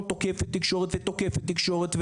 תוקפת את התקשורת ותוקפת עוד את התקשורת,